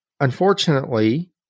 Unfortunately